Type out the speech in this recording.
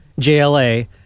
JLA